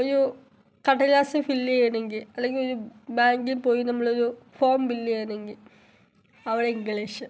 ഒരു കടലാസ് ഫില്ല് ചെയ്യണമെങ്കിൽ അല്ലെങ്കിൽ ഒരു ബാങ്കിൽ പോയി നമ്മളൊര് ഫോം ഫില്ല് ചെയ്യണമെങ്കിൽ അവിടെ ഇംഗ്ലീഷ്